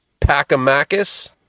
pacamacus